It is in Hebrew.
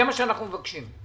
זה מה שאנחנו מבקשים.